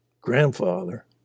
grandfather